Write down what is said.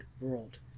world